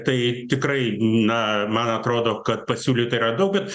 tai tikrai na man atrodo kad pasiūlyta yra daug bet